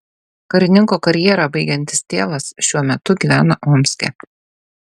karininko karjerą baigiantis tėvas šiuo metu gyvena omske